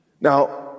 Now